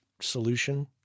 solution